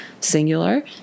singular